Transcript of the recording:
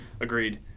Agreed